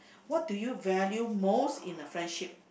what do you value most in a friendship